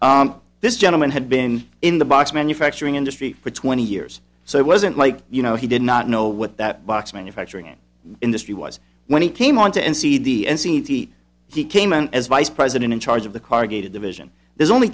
months this gentleman had been in the box manufacturing industry for twenty years so it wasn't like you know he did not know what that box manufacturing industry was when he came on to and see the n c t he came in as vice president in charge of the car gaited division there's only